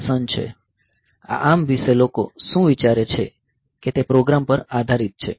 આ ARM વિષે લોકો શું વિચારે છે કે તે પ્રોગ્રામ પર આધારિત છે